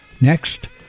Next